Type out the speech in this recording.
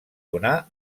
donar